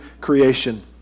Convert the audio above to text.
creation